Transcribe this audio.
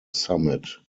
summit